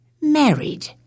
married